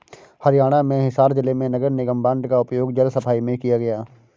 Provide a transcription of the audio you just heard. हरियाणा में हिसार जिले में नगर निगम बॉन्ड का उपयोग जल सफाई में किया गया